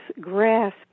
grasp